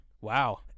Wow